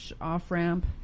off-ramp